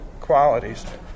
qualities